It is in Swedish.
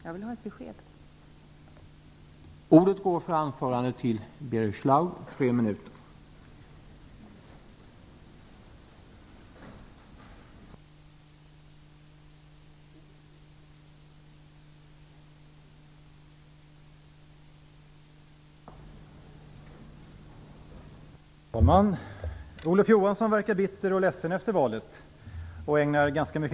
Jag vill ha ett besked, Ingvar Carlsson!